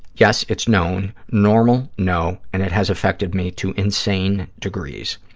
yes, it's known. normal? no. and it has affected me to insane degrees.